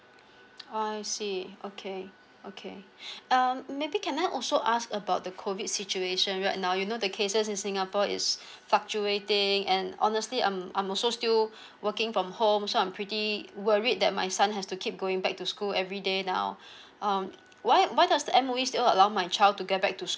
ah I see okay okay um maybe can I also ask about the COVID situation right now you know the cases in singapore is fluctuating and honestly um I'm also still working from home so I'm pretty worried that my son has to keep going back to school everyday now um why why does the M_O_E still allow my child to get back to school